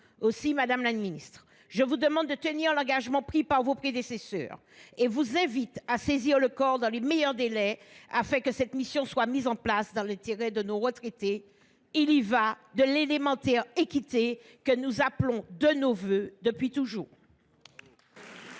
Aussi, madame la ministre, je vous demande de tenir l’engagement pris par votre prédécesseur et je vous invite à saisir le COR dans les meilleurs délais, afin que cette mission soit mise en place dans l’intérêt de nos retraités. Il y va de la plus élémentaire équité, que nous appelons de nos vœux depuis toujours. La parole est